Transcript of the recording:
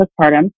postpartum